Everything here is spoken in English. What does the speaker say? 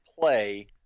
play